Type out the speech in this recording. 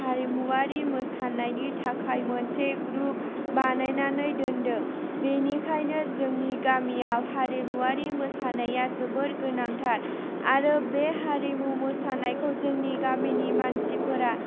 हारिमुआरि मोसानायनि थाखाय मोनसे ग्रुप बानायनानै दोनदों बेनिखायनो जोंनि गामियाव हारिमुआरि मोसानाया जोबोर गोनांथार आरो बे हारिमु मोसानायखौ जोंनि गामिनि मानसिफोरा